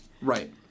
Right